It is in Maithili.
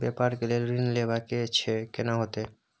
व्यापार के लेल ऋण लेबा छै केना होतै?